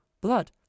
blood